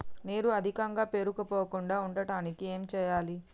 నీరు అధికంగా పేరుకుపోకుండా ఉండటానికి ఏం చేయాలి?